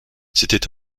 c’était